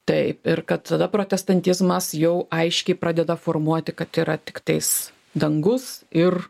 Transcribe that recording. taip ir kad tada protestantizmas jau aiškiai pradeda formuoti kad yra tiktais dangus ir